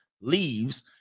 leaves